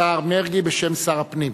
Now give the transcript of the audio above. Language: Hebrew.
מרגי, בשם שר הפנים.